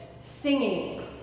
singing